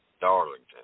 Darlington